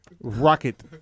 Rocket